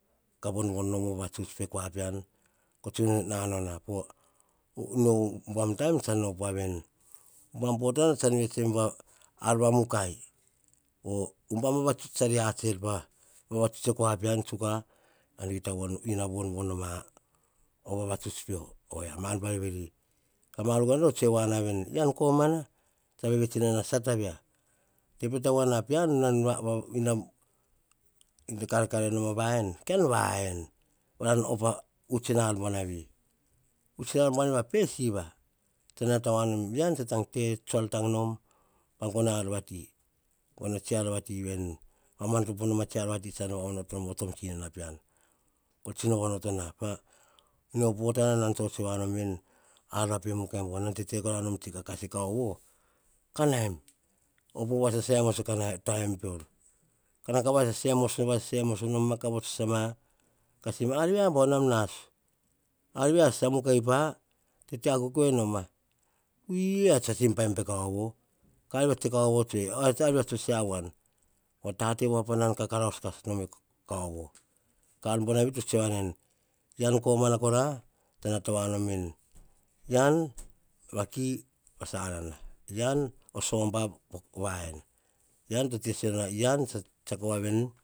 Ka von vonom oh vavatsuts pe kua pian ko tsi no na nau na no umbaim taim tsan op wa veni, umbam potana tsa vets tsem ar va mukai. Umbam vavatsuts tsa re ots eir pa vavatsuts er po kua pean tsuk ar kia ta von von nom oh vavatsuts pio, oria buar veri ka mar veri to tsue nor veni, ka mar veri to tsue wa nor veni, yian komana tsa vets ina na sata via te wa peta na pean. Ina kare kare nom pa va yen kan va yen. Pana op uts pa ar buanavi. Uts buanavi va pe siva, nata wa nom veni yian tsa pe tsuar tangom. Ka gono ar vati, mono tsiar va ti, mama topo nom tom tsinana pean tsino onoto na mea potatana nan tso tsue wa nom veni ar va pe mukai bau ka tso tsue nom ka kas e kauvo ka naim op va sasaim pior, nau ka va sasai moso, saimoso ka vots sasa ma ar via bau na nas? Ar via sasa mukai pa tete akuk nom a. Piu yian pa tsa imbem pe kauvo ar via tse kauvo tsue, ar via tso se a wan. Pa tate nan kakaraus kas nom e kauvo. Ka ar buana vi to tsue na ven eyian komana kora tsa nata wa nom veni. Eyian va ki pa sanana, eyian oh somba pa va yen